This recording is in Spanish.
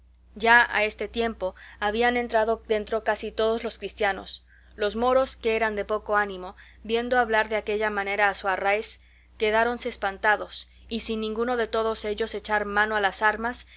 ya a este tiempo habían entrado dentro casi todos los cristianos los moros que eran de poco ánimo viendo hablar de aquella manera a su arráez quedáronse espantados y sin ninguno de todos ellos echar mano a las armas